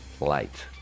light